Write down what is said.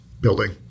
building